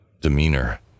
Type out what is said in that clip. demeanor